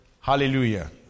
Hallelujah